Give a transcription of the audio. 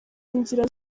inzira